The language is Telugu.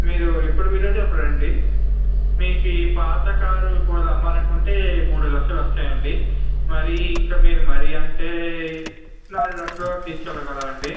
మీరు ఎప్పుడు వీలైతే అప్పుడు రండి మీకు ఈ పాత కారు ఒకవేళ అమ్మాలి అనుకుంటే మూడు లక్షలు వస్తాయి అండి మరీ ఇంకా మీరు మరీ అంటే నాలుగు లక్షల వరకు తీసుకెళ్ళగలము అండి